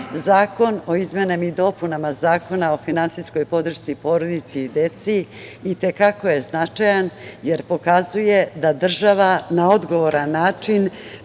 zakon o izmenama i dopunama Zakona o finansijskoj podršci porodici i deci i te kako je značajan, jer pokazuje da država na odgovoran način